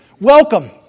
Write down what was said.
Welcome